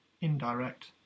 Indirect